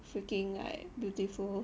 freaking like beautiful